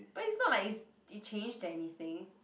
but it's not like it changed anything